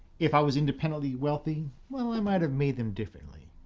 if i was independently wealthy well i might have made them differently,